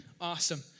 Awesome